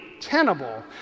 tenable